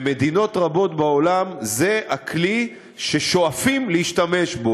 במדינות רבות בעולם זה הכלי ששואפים להשתמש בו.